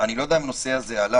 אני לא יודע אם הנושא הזה עלה,